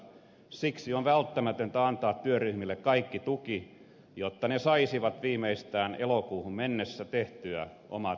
siksi on välttämätöntä antaa työryhmille kaikki tuki jotta ne saisivat viimeistään elokuuhun mennessä tehtyä omat esityksensä